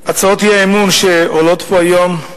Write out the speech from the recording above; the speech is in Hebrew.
הצעות האי-אמון שעולות פה היום,